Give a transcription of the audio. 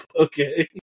Okay